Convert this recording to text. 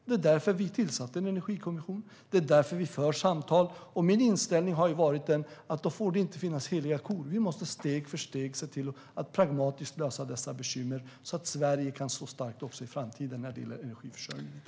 Det är därför vi har tillsatt en energikommission och för samtal. Men då får det inte finnas heliga kor, utan vi måste steg för steg se till att pragmatiskt lösa dessa bekymmer så att Sverige kan stå starkt också i framtiden när det gäller energiförsörjningen.